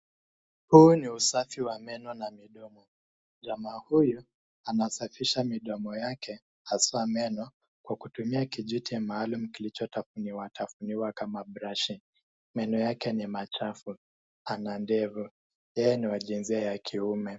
Huu ni usafi wa meno na midomo. Jamaa huyu anasafisha midomo yake hasa meno kwa kutumia kijiti maalum kilichotafuniwa tafuniwa kama brashi. Meno yake ni machafu, ana ndevu , yeye ni wa jinsia ya kiume.